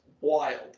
wild